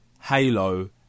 Halo